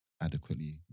adequately